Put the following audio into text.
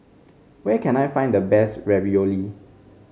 where can I find the best Ravioli